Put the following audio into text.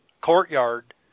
courtyard